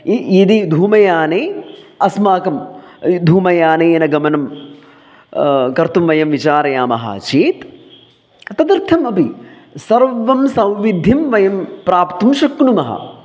य यदि धूमयाने अस्माकं धूमयानेन गमनं कर्तुं वयं विचारयामः चेत् तदर्थम् अपि सर्वं सौविद्धिं वयं प्राप्तुं शक्नुमः